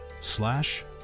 slash